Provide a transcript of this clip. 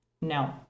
No